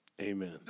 Amen